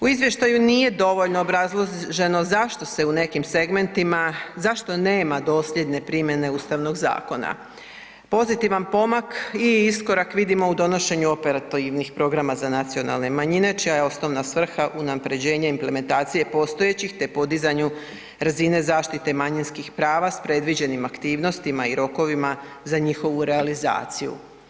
U izvještaju nije dovoljno obrazloženo zašto se u nekim segmentima, zašto nema dosljedne primjene Ustavnog zakona. pozitivan pomak i iskorak vidimo u donošenju operativnih programa za nacionalne manjine čija je osnovna svrha unaprjeđenje implementacije postojećih te podizanju razine zaštite manjinskih prava s predviđenim aktivnostima i rokovima za njihovu realizaciju.